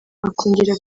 akongera